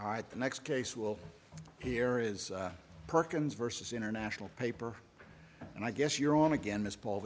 right the next case we'll hear is perkins versus international paper and i guess you're on again this ball